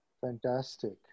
Fantastic